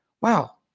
Wow